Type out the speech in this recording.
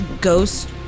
ghost